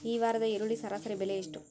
ಈ ವಾರದ ಈರುಳ್ಳಿ ಸರಾಸರಿ ಬೆಲೆ ಎಷ್ಟು?